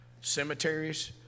cemeteries